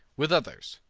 with others,